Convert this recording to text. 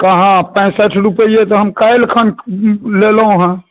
कहाँ पैंसठि रुपिए तऽ हम काल्हि खन लेलहुँ हँ